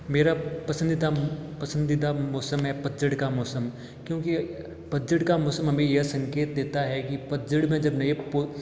मेरा पसंदीदा पसंदीदा मौसम है पतझड़ का मौसम क्योंकि पतझड़ का मौसम हमें यह संकेत देता है कि पतझड़ में जब नए फूल